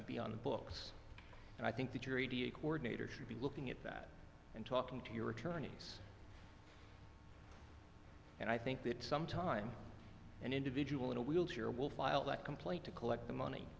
to be on the books and i think the jury da coordinator should be looking at that and talking to your attorneys and i think that some time and individual in a wheelchair will file a complaint to collect the money